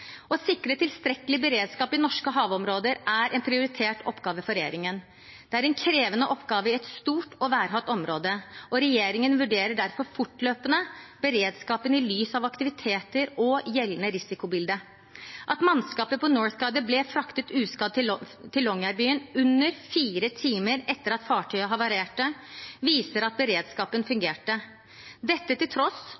Å sikre tilstrekkelig beredskap i norske havområder er en prioritert oppgave for regjeringen. Det er en krevende oppgave i et stort og værhardt område, og regjeringen vurderer derfor fortløpende beredskapen i lys av aktiviteter og gjeldende risikobilde. At mannskapet på «Northguider» ble fraktet uskadd til Longyearbyen under fire timer etter at fartøyet havarerte, viser at beredskapen